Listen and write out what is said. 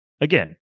again